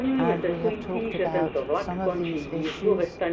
and we have talked about some of these issues,